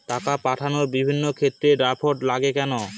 টাকা পাঠানোর বিভিন্ন ক্ষেত্রে ড্রাফট লাগে কেন?